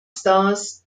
stars